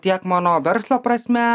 tiek mano verslo prasme